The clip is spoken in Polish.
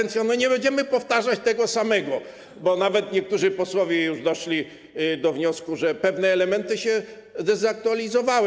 Nie będziemy powtarzać tego samego, bo nawet niektórzy posłowie doszli już do wniosku, że pewne elementy się zdezaktualizowały.